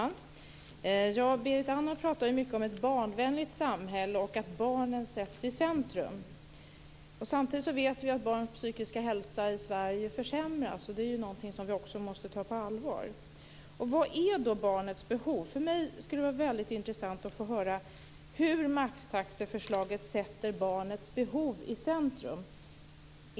Herr talman! Berit Andnor pratar mycket om ett barnvänligt samhälle och om att barnen ska sättas i centrum. Samtidigt vet vi att barns psykiska hälsa försämras i Sverige. Det är något som vi måste ta på allvar. Vad är då barnets behov? Det skulle vara väldigt intressant att få höra hur maxtaxan sätter barnets behov i centrum.